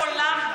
לעולם,